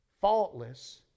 faultless